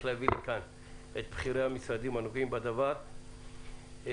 להביא את בכירי המשרדים הנוגעים לדבר לכאן,